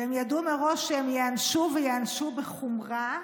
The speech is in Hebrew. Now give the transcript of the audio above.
הם ידעו מראש שהם ייענשו, וייענשו בחומרה.